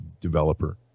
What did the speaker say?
developer